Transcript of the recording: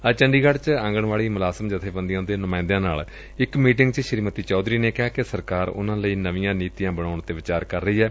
ਅੱਜ ਚੰਡੀਗੜ੍ ਚ ਆਂਗਣਵਾਤੀ ਮੁਲਾਜ਼ਮ ਜਥੇਬੰਦੀਆਂ ਦੇ ਨੁਮਾਇੰਦਿਆਂ ਨਾਲ ਇਕ ਮੀਟਿੰਗ ਚ ਸ੍ਰੀਮਤੀ ਚੌਧਰੀ ਨੇ ਕਿਹਾ ਕਿ ਸਰਕਾਰ ਉਨ੍ਪਾ ਲਈ ਨਵੀਆਂ ਨੀਤੀਆਂ ਬਣਾਉਣ ਤੇ ਵਿਚਾਰ ਕਰ ਰਹੀ ਏ